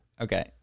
Okay